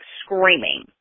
screaming